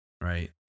right